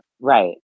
right